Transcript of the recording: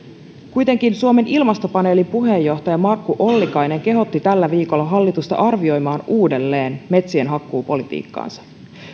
kuitenkin suomen ilmastopaneelin puheenjohtaja markku ollikainen kehotti tällä viikolla hallitusta arvioimaan uudelleen metsienhakkuupolitiikkaansa